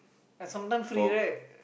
ya some time free right